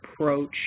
approach